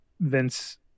Vince